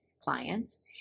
clients